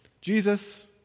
Jesus